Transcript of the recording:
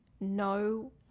no